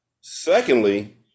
Secondly